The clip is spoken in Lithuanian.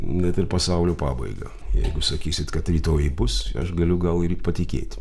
net ir pasaulio pabaiga jeigu sakysit kad rytoj ji bus aš galiu gal ir patikėti